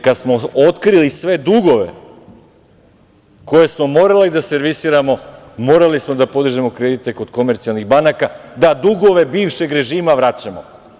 Kada smo otkrili sve dugove koje smo morali da servisiramo, morali smo da podižemo kredite kod komercijalnih banaka da dugove bivšeg režima vraćamo.